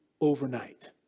overnight